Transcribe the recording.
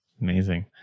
Amazing